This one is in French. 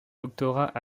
doctorat